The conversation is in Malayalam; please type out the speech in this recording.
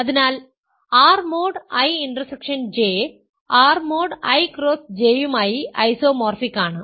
അതിനാൽ R mode I intersection J R mode I cross J യുമായി ഐസോമോർഫിക് ആണ്